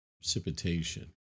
precipitation